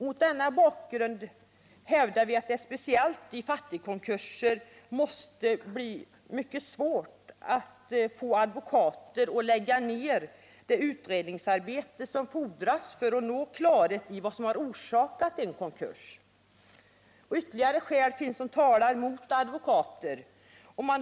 Mot denna bakgrund hävdar vi att det speciellt i fattigkonkurser måste bli mycket svårt att få advokater att lägga ned så mycket utredningsarbete som fordras för att nå klarhet i vad som har orsakat konkursen. Ytterligare skäl finns som talar mot advokater som konkursförvaltare.